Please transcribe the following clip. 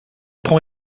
prend